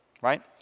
right